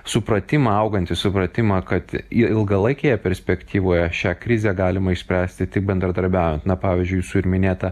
supratimą augantį supratimą kad ilgalaikėje perspektyvoje šią krizę galima išspręsti tik bendradarbiaujant na pavyzdžiui su ir minėta